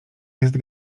jest